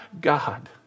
God